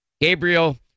Gabriel